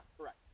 correct